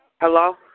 hello